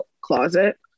closet